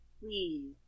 Please